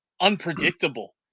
unpredictable